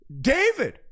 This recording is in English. David